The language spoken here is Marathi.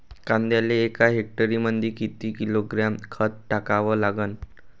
कांद्याले एका हेक्टरमंदी किती किलोग्रॅम खत टाकावं लागन?